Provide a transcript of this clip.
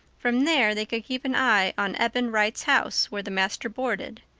from there they could keep an eye on eben wright's house, where the master boarded.